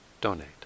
donate